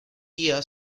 día